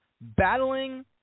Battling –